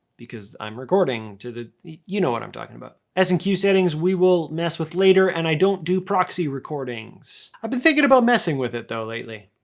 because i'm recording to, you know what i'm talking about. s and q settings we will mess with later, and i don't do proxy recordings. i've been thinking about messing with it though lately.